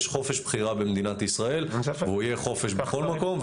יש חופש בחירה במדינת ישראל והוא יהיה חופש בכל מקום.